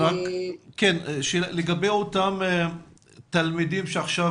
לגבי אותם תלמידים שעכשיו